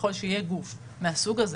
ככל שיהיה גוף מהסוג הזה